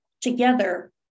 together